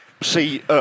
see